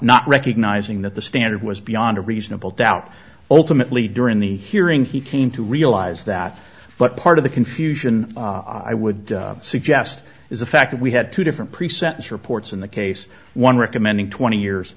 not recognizing that the standard was beyond a reasonable doubt ultimately during the hearing he came to realize that but part of the confusion i would suggest is the fact that we had two different pre sentence reports in the case one recommending twenty years